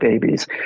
babies